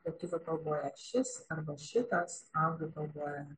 lietuvių kalboje šis arba šitas anglų kalboje